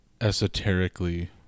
esoterically